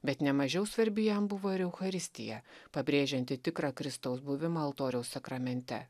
bet nemažiau svarbi jam buvo ir eucharistija pabrėžianti tikrą kristaus buvimą altoriaus sakramente